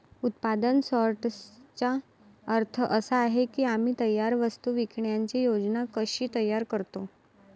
उत्पादन सॉर्टर्सचा अर्थ असा आहे की आम्ही तयार वस्तू विकण्याची योजना कशी तयार करतो